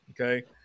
Okay